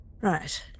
Right